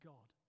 God